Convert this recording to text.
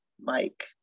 Mike